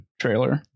trailer